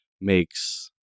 makes